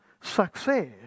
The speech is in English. success